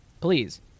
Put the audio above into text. please